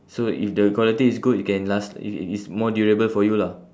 so if the quality is good it can last it's it's it's more durable for you lah